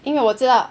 因为我知道